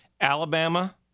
Alabama